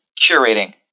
curating